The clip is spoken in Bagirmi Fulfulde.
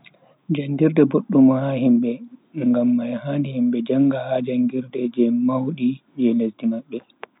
Jagirde boddum ha hiimbe, ngam mai handi himbe janga ha jangirde ji maudi je lesdi mabbe.